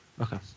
Okay